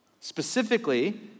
specifically